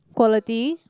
quality